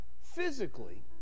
physically